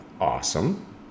awesome